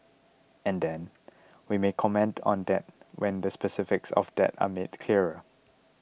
and then we may comment on that when the specifics of that are made clearer